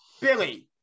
Billy